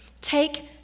take